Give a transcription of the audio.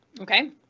okay